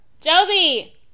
josie